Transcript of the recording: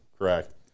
Correct